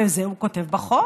ואת זה הוא כותב בחוק.